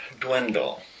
dwindle